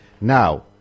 Now